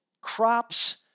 crops